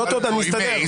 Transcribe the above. לא, תודה, נסתדר.